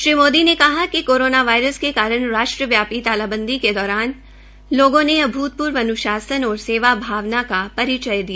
श्री मोदी ने कहा कि कोरोना वायरस के कारण राष्ट्रव्यापी तालाबंदी के दौरान लोगों ने अभूतपूर्व अन्शासन और सेवा भावना का परिचय दिया